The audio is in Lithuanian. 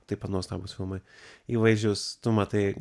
taip pat nuostabūs filmai įvaizdžius tu matai